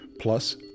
plus